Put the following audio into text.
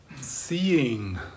seeing